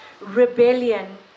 Rebellion